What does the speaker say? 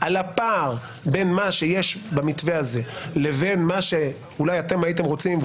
תסתכלו על הפער בין מה שיש במתווה הזה לבין מה שאולי הייתם רוצים לראות